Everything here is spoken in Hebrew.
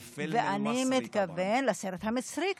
ואני מתכוון לסרט המצרי,